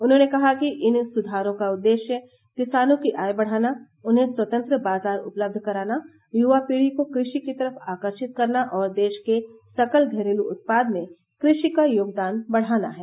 उन्होंने कहा कि इन सुधारों का उर्देश्य किसानों की आय बढ़ाना उन्हें स्वतंत्र बाजार उपलब्ध कराना युवा पीढ़ी को कृषि की तरफ आकर्षित करना और देश के सकल घरेलू उत्पाद में कृषि का योगदान बढ़ाना है